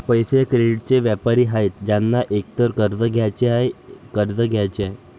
पैसे, क्रेडिटचे व्यापारी आहेत ज्यांना एकतर कर्ज घ्यायचे आहे, कर्ज द्यायचे आहे